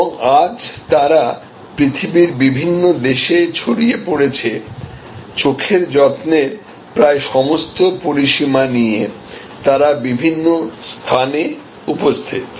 এবং আজ তারা পৃথিবীর বিভিন্ন দেশে ছড়িয়ে পড়েছে চোখের যত্নের প্রায় সমস্ত পরিসীমা নিয়ে তারা বিভিন্ন স্থানে উপস্থিত